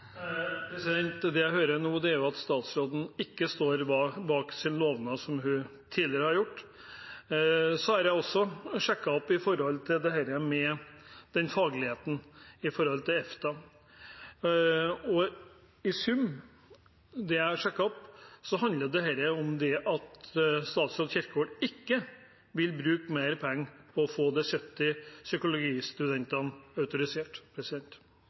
Det jeg hører nå, er at statsråden ikke står ved den lovnaden som hun tidligere har gitt. Jeg har også sjekket dette som gjelder den fagligheten opp mot EFTA. I sum handler dette om at statsråd Kjerkol ikke vil bruke mer penger på å få de 70 psykologistudentene autorisert.